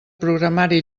programari